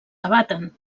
debaten